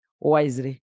wisely